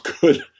good